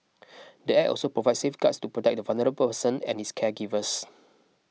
the Act also provides safeguards to protect the vulnerable person and his caregivers